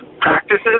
practices